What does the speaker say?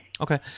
Okay